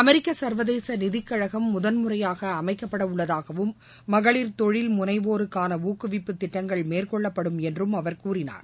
அமெிக்க சர்வதேச நிதிக் கழகம் முதல் முறையாக அமக்கப்பட உள்ளதாகவும் மகளிர் தொழில் முனைவோருக்கான ஊக்குவிப்பு திட்டங்கள் மேற்கொள்ளப்படும் என்றும் அவர் கூறினார்